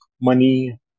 money